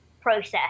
process